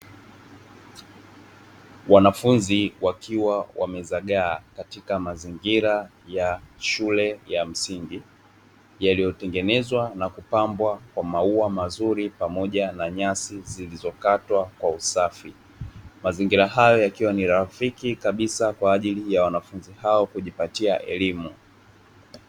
Wanafunzi wakiwa wmezagaa katika mazingira ya shule ya msingi, yaliyotengenezwa na kupambwa kwa maua mazuri pamoja na nyasi zilizokatwa kwa usafi, mazingira hayo yakiwa ni rafiki kabisa kwa ajili ya wanafunzi hao kujipatia elimu.